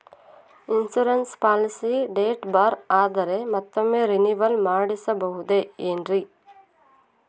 Insurance policy date ಬಾರ್ ಆದರೆ ಮತ್ತೊಮ್ಮೆ ರಿನಿವಲ್ ಮಾಡಿಸಬಹುದೇ ಏನ್ರಿ?